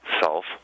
self